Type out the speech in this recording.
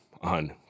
on